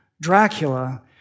Dracula